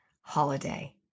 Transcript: holiday